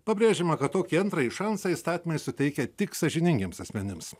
pabrėžiama kad tokį antrąjį šansą įstatymai suteikia tik sąžiningiems asmenims